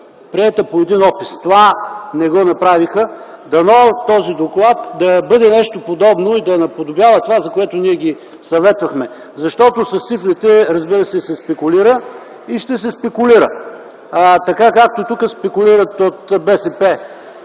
приета по един опис. Това не го направиха. Дано този доклад да бъде нещо подобно и да наподобява това, за което ние ги съветвахме, защото с цифрите, разбира се, се спекулира и ще се спекулира, така както тук спекулират от БСП.